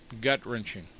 Gut-wrenching